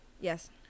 Yes